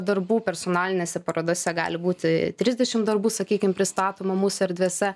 darbų personalinėse parodose gali būti trisdešim darbų sakykim pristatoma mūsų erdvėse